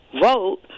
vote